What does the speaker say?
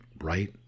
right